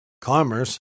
commerce